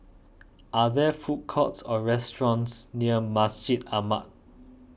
are there food courts or restaurants near Masjid Ahmad